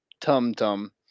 tum-tum